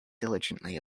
diligently